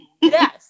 Yes